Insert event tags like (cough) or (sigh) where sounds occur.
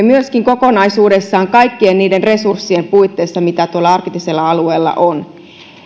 (unintelligible) myöskin kokonaisuudessaan kaikkien niiden resurssien puitteissa mitä tuolla arktisella alueella on